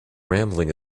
rambling